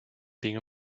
dinge